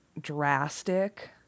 drastic